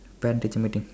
parent teacher meeting